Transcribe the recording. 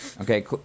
okay